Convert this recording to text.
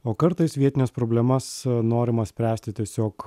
o kartais vietines problemas norima spręsti tiesiog